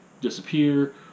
disappear